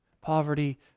Poverty